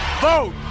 Vote